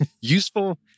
Useful